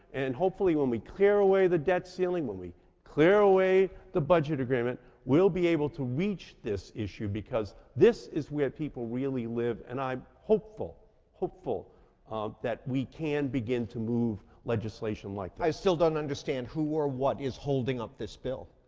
and hopefully when we clear away the debt ceiling, when we clear away the budget agreement, we'll be able to reach this issue because this is where people really live, and i'm hopeful hopeful that we can begin to move legislation like this. i still don't understand who or what is holding up this bill.